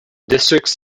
districts